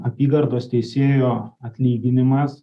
apygardos teisėjo atlyginimas